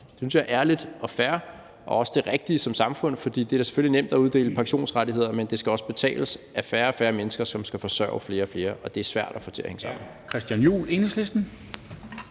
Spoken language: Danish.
jeg er ærligt og fair og også det rigtige som samfund. For det er da selvfølgelig nemt at uddele pensionsrettigheder, men det skal også betales af færre og færre mennesker, som skal forsørge flere og flere. Det er svært at få til at hænge sammen.